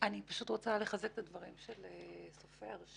אני רוצה לחזק את הדברים של חבר הכנסת סופר,